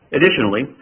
Additionally